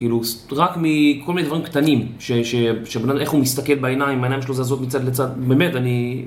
כאילו, רק מכל מיני דברים קטנים, שאיך הוא מסתכל בעיניים, העיניים שלו זזות מצד לצד, באמת, אני...